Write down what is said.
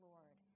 Lord